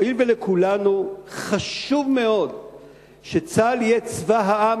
הואיל ולכולנו חשוב מאוד שצה"ל יהיה צבא העם,